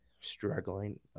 struggling